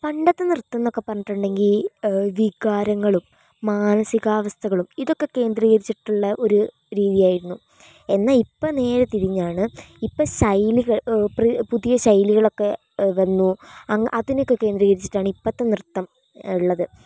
പണ്ടത്തെ നൃത്തം എന്നൊക്കെ പറഞ്ഞിട്ടുണ്ടെങ്കിൽ വികാരങ്ങളും മാനസികാവസ്ഥകളും ഇതൊക്കെ കേന്ദ്രീകരിച്ചിട്ടുള്ള ഒരു രീതിയായിരുന്നു എന്നാൽ ഇപ്പോൾ നേരെ തിരിഞ്ഞാണ് ഇപ്പോൾ ശൈലികൾ ഓ പ്രെ പുതിയ ശൈലികളൊക്കെ എ വന്നു ആ അതിനെയൊക്കെ കേന്ദ്രീകരിച്ചിട്ടാണ് ഇപ്പോഴത്തെ നൃത്തം ഉള്ളത്